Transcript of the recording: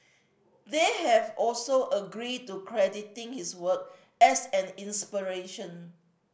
they have also agreed to crediting his work as an inspiration